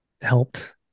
helped